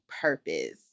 purpose